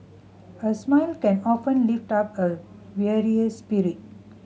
a smile can often lift up a weary spirit